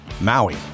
Maui